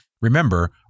Remember